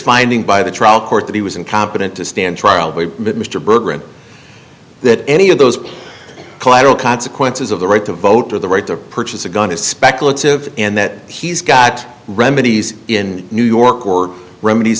finding by the trial court that he was incompetent to stand trial by mr berger and that any of those collateral consequences of the right to vote or the right to purchase a gun is speculative and that he's got remedies in new york or remedies